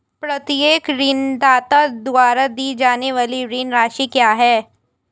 प्रत्येक ऋणदाता द्वारा दी जाने वाली ऋण राशि क्या है?